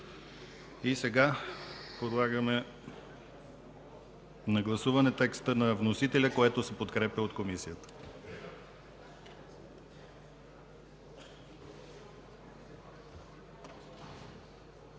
Сега подлагам на гласуване текста на вносителя, който се подкрепя от Комисията.